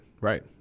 Right